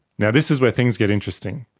now, this is where things get interesting.